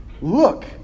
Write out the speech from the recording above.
Look